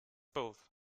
both